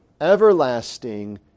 everlasting